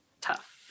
tough